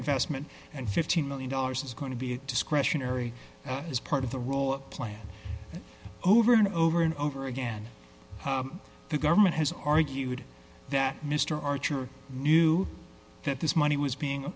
investment and fifteen million dollars is going to be a discretionary as part of the role plan over and over and over again the government has argued that mr archer knew that this money was being